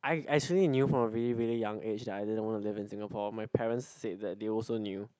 I I actually knew from a really really young age that I didn't want to live in Singapore my parents said that they also knew